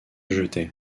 jetai